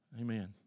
Amen